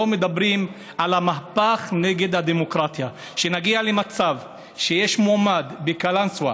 לא מדברים על המהפך נגד הדמוקרטיה: שנגיע למצב שיש מועמד בקלנסווה